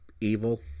evil